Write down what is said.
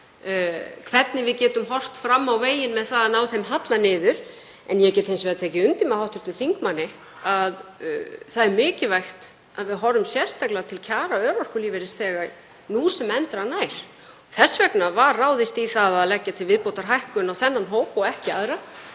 hvernig við getum horft fram á veginn með það að ná þeim halla niður. En ég get hins vegar tekið undir með hv. þingmanni að það er mikilvægt að við horfum sérstaklega til kjara örorkulífeyrisþega nú sem endranær. Þess vegna var ráðist í það að leggja til viðbótarhækkun á þennan hóp og ekki aðra.